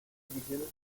ediciones